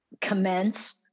Commence